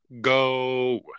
go